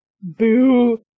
Boo